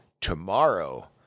tomorrow